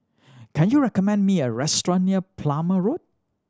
can you recommend me a restaurant near Plumer Road